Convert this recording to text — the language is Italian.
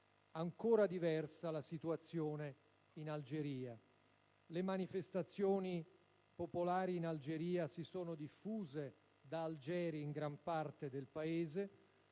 Diversa la situazione in Algeria. Le manifestazioni popolari in Algeria si sono diffuse da Algeri in gran parte del Paese;